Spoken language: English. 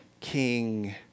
king